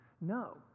No